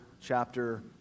chapter